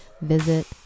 visit